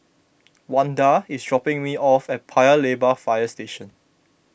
Wanda is dropping me off at Paya Lebar Fire Station